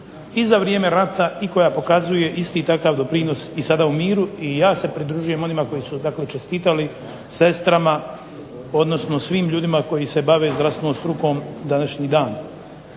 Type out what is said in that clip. za vrijeme rata i koja pokazuje isti takav doprinos i sada u miru i ja se pridružujem onima koji su čestitali sestrama, odnosno svim ljudima koji se bave zdravstvenom strukom današnji dan.